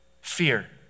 Fear